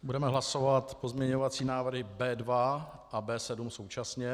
Budeme hlasovat pozměňovací návrhy B2 a B7 současně.